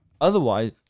otherwise